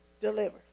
deliver